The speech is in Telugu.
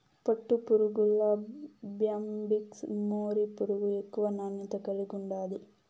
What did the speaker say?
పట్టుపురుగుల్ల బ్యాంబిక్స్ మోరీ పురుగు ఎక్కువ నాణ్యత కలిగుండాది